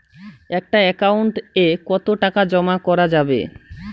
একটা একাউন্ট এ কতো টাকা জমা করা যাবে?